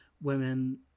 women